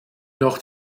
noch